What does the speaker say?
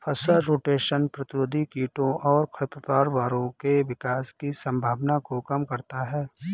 फसल रोटेशन प्रतिरोधी कीटों और खरपतवारों के विकास की संभावना को कम करता है